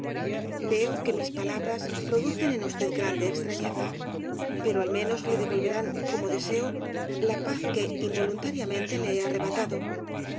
veo que mis palabras producen en o rosalía de castro usted grande extrañeza pero al menos le devolverán como deseo la paz que involuntariamente le he arrebatado